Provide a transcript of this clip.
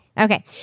okay